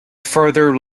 further